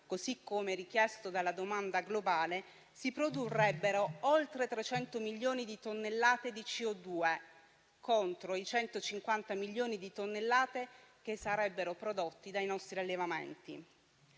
così come richiesto dalla domanda globale, si produrrebbero oltre 300 milioni di tonnellate di CO2, contro i 150 milioni di tonnellate che sarebbero prodotti dai nostri allevamenti.